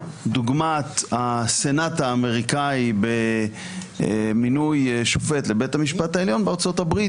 דוגמת הסנט האמריקאי במינוי שופט לבית המשפט העליון בארצות הברית,